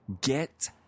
get